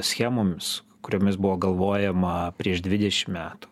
schemomis kuriomis buvo galvojama prieš dvidešim metų